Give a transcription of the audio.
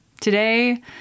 today